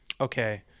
okay